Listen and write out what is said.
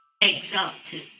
exalted